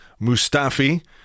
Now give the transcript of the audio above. Mustafi